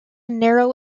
narrow